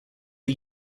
are